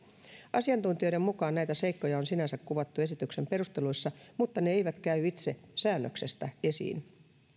asiantuntijoiden mukaan näitä seikkoja on sinänsä kuvattu esityksen perusteluissa mutta ne eivät käy itse säännöksestä esiin